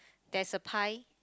there's a pie